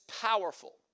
powerful